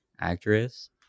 actress